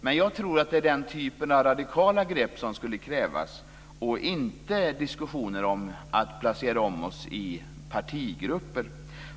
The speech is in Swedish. Jag tror dock att det är den typen av radikala grepp som skulle krävas, och inte diskussioner om att placera om oss i partigrupper.